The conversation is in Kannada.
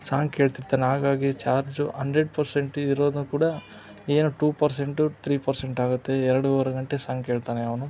ಸಾಂಗ್ ಕೇಳ್ತಿರ್ತಾನೆ ಹಾಗಾಗಿ ಚಾರ್ಜು ಹಂಡ್ರೆಡ್ ಪರ್ಸೆಂಟ್ ಇರೋದನ್ನು ಕೂಡ ಏನು ಟೂ ಪರ್ಸೆಂಟು ತ್ರೀ ಪರ್ಸೆಂಟ್ ಆಗುತ್ತೆ ಎರಡೂವರೆ ಗಂಟೆ ಸಾಂಗ್ ಕೇಳ್ತಾನೆ ಅವನು